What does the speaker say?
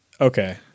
okay